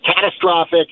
catastrophic